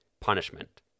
punishment